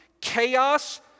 chaos